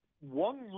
one